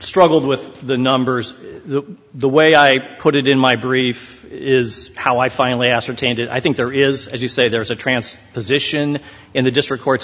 struggled with the numbers the way i put it in my brief is how i finally ascertained it i think there is as you say there's a trance position in the district court's